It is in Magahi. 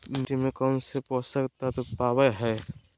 मिट्टी में कौन से पोषक तत्व पावय हैय?